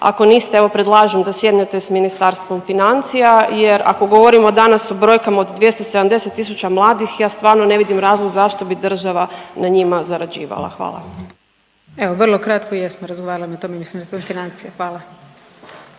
Ako niste evo predlažem da sjednete s Ministarstvom financija jer ako govorimo danas o brojkama od 270.000 mladih ja stvarno ne vidim razlog zašto bi država na njima zarađivala. Hvala. **Brnjac, Nikolina (HDZ)** Evo vrlo kratko, jesmo razgovarali o tome s Ministarstvom financija. Hvala.